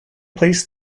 placed